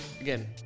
again